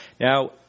Now